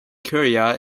curia